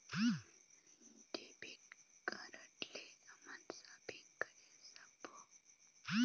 Debit card ले हमन shopping करे सकबो?